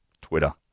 Twitter